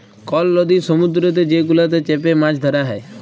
call লদি সমুদ্দুরেতে যে গুলাতে চ্যাপে মাছ ধ্যরা হ্যয়